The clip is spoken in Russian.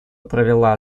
провела